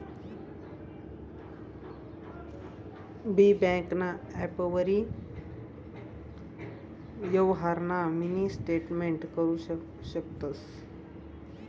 बी ब्यांकना ॲपवरी यवहारना मिनी स्टेटमेंट करु शकतंस